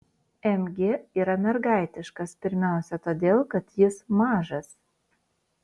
mg yra mergaitiškas pirmiausia todėl kad jis mažas